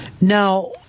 Now